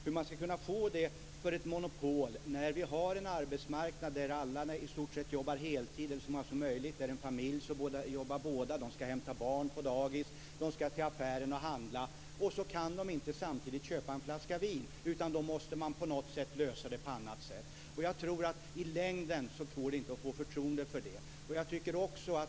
Hur ska man kunna få det för ett monopol, när vi har en arbetsmarknad där i stort sett alla jobbar heltid och där båda föräldrarna i en familj jobbar, de ska hämta barn på dagis, de ska till affären och handla och kan inte samtidigt köpa en flaska vin utan måste lösa det på annat sätt? Jag tror inte att det i längden går att få förtroende för detta.